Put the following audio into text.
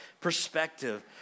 perspective